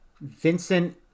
Vincent